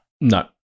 No